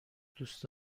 دوست